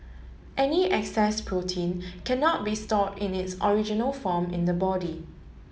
any excess protein cannot be stored in its original form in the body